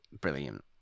Brilliant